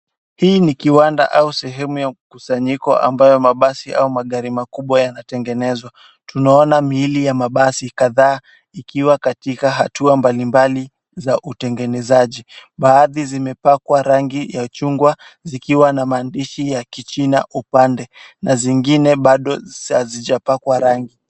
Hii ni kiwanda au sehemu ya mkusanyiko ambayo mabasi au magari makubwa yanatengenezwa, tunaona miili ya mabasi kadha ikiwa katika hatua mbalimbali za utengenezaji, baadhi zimepakwa rangi ya chungwa zikiwa na maandishi ya kichina upande na zingine bado hazijapakwa rangi.